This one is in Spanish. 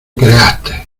creaste